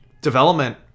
Development